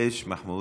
ליש, מחמוד?